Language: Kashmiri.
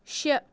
شےٚ